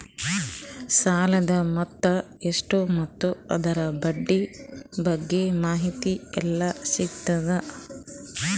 ಸಾಲದ ಮೊತ್ತ ಎಷ್ಟ ಮತ್ತು ಅದರ ಬಡ್ಡಿ ಬಗ್ಗೆ ಮಾಹಿತಿ ಎಲ್ಲ ಸಿಗತದ?